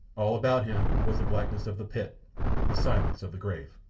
all about him was the blackness of the pit the silence of the grave.